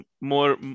more